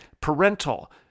parental